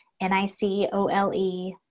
N-I-C-O-L-E